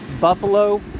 buffalo